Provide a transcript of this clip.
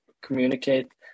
communicate